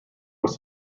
was